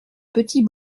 petit